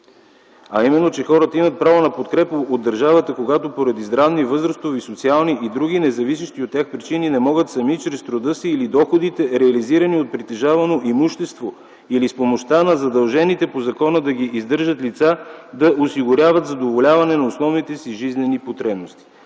а именно, че хората имат право на подкрепа от държавата, когато поради здравни, възрастови, социални и други независещи от тях причини не могат сами чрез труда си или доходите, реализирани от притежавано имущество или с помощта на задължените по закона да ги издържат лица, да осигуряват задоволяване на основните си жизнени потребности.